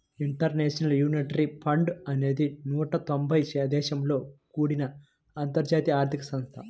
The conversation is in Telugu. ఇంటర్నేషనల్ మానిటరీ ఫండ్ అనేది నూట తొంబై దేశాలతో కూడిన అంతర్జాతీయ ఆర్థిక సంస్థ